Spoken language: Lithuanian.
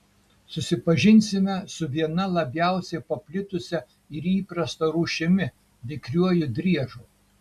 susipažinsime su viena labiausiai paplitusia ir įprasta rūšimi vikriuoju driežu